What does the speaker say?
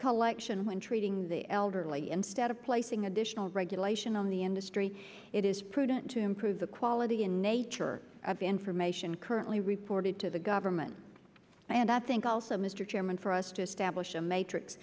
collection when treating the elderly instead of placing additional regulation on the industry it is prudent to improve the quality and nature of the information currently reported to the government and i think also mr chairman for us to establish a matrix